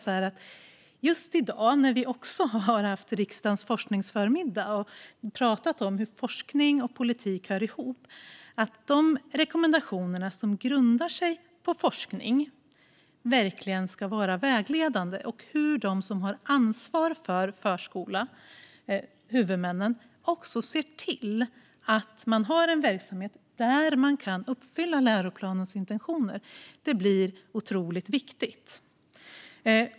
Just i dag har vi haft riksdagens forskningsförmiddag och pratat om hur forskning och politik hör ihop. De rekommendationer som grundar sig på forskning ska verkligen vara vägledande. Det handlar om hur de som har ansvar för förskolan, huvudmännen, ser till att de har en verksamhet där man kan uppfylla läroplanens intentioner. Det blir otroligt viktigt.